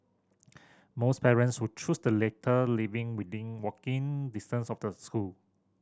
most parents who choose the latter living within walking distance of the school